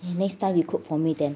next time you cook for me then